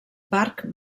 parc